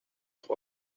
trois